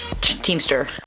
Teamster